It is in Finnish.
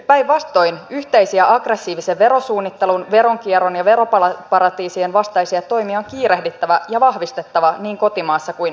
päinvastoin yhteisiä aggressiivisen verosuunnittelun veronkierron ja veroparatiisien vastaisia toimia on kiirehdittävä ja vahvistettava niin kotimaassa kuin euroopassa